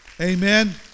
Amen